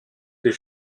des